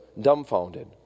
dumbfounded